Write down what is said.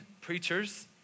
preachers